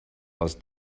aus